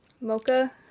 mocha